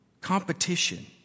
competition